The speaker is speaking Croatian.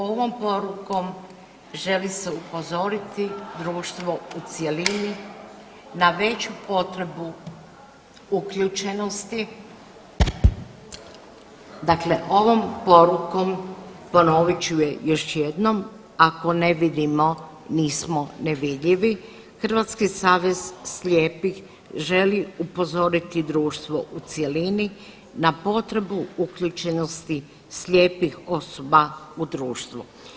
Ovom porukom želi se upozoriti društvo u cjelini na veću potrebu uključenosti, dakle ovom porukom ponovit ću je još jednom „ako ne vidimo nismo nevidljivi“ Hrvatski savez slijepih želi upozoriti društvo u cjelini na potrebu uključenosti slijepih osoba u društvu.